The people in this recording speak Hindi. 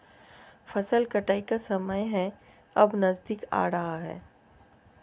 फसल कटाई का समय है अब नजदीक आ रहा है